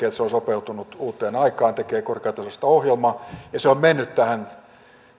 että se on sopeutunut uuteen aikaan tekee korkeatasoista ohjelmaa ja se on mennyt tähän